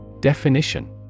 Definition